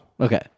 Okay